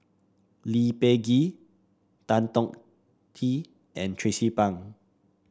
Lee Peh Gee Tan Chong Tee and Tracie Pang